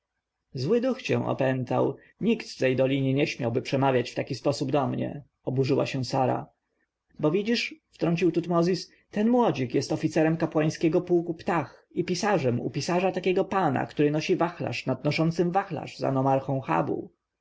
zły duch cię opętał nikt w tej dolinie nie śmiałby przemawiać w taki sposób do mnie oburzyła się sara bo widzisz wtrącił tutmozis ten młodzik jest oficerem kapłańskiego pułku ptah i pisarzem u pisarza takiego pana który nosi wachlarz nad noszącym wachlarz za